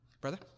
Brother